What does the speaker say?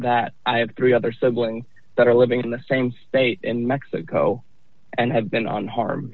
that i have three other siblings that are living in the same state and mexico and have been on